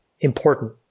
important